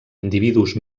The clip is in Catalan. individus